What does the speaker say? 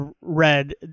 read